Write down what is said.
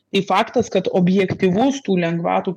tai faktas kad objektyvus tų lengvatų